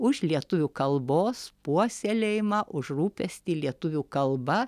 už lietuvių kalbos puoselėjimą už rūpestį lietuvių kalba